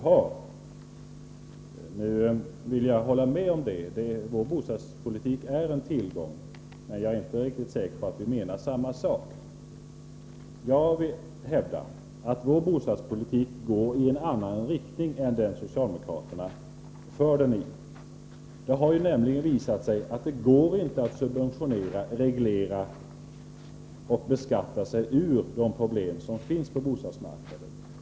Jag vill hålla med om att vår bostadspolitik är en tillgång, men jag är inte riktigt säker på att vi menar samma sak. Jag vill hävda att vår bostadspolitik går i en annan riktning än den som socialdemokraterna för. Det har nämligen visat sig att det inte går att subventionera, reglera och beskatta sig ur de problem som finns på bostadsmarknaden.